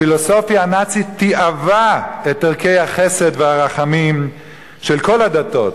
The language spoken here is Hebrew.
הפילוסופיה הנאצית תיעבה את ערכי החסד והרחמים של כל הדתות